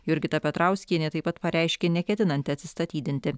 jurgita petrauskienė taip pat pareiškė neketinanti atsistatydinti